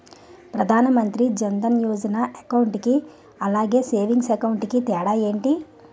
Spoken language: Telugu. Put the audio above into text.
ప్రధాన్ మంత్రి జన్ దన్ యోజన అకౌంట్ కి అలాగే సేవింగ్స్ అకౌంట్ కి తేడా ఏంటి?